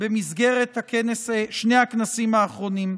במסגרת שני הכנסים האחרונים.